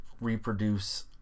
reproduce